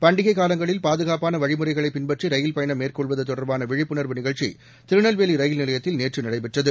பண்டிகை காலங்களில் பாதுகாப்பான வழிமுறைகளை பின்பற்றி ரயில் பயணம் மேற்கொள்வது தொடர்பான விழிப்புணர்வு நிகழ்ச்சி திருநெல்வேலி ரயில் நிலையத்தில் நேற்று நடைபெற்றது